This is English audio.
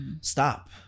Stop